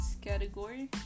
category